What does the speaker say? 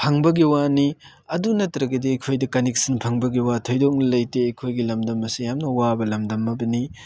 ꯐꯪꯕꯒꯤ ꯋꯥꯅꯤ ꯑꯗꯨ ꯅꯠꯇ꯭ꯔꯒꯗꯤ ꯑꯩꯈꯣꯏꯗ ꯀꯟꯅꯦꯛꯁꯟ ꯐꯪꯕꯒꯤ ꯋꯥ ꯊꯣꯏꯗꯣꯛꯅ ꯂꯩꯇꯦ ꯑꯩꯈꯣꯏꯒꯤ ꯂꯝꯗꯝ ꯑꯁꯤ ꯌꯥꯝꯅ ꯋꯥꯕ ꯂꯝꯗꯝ ꯑꯃꯅꯤ